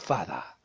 Father